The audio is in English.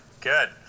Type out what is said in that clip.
good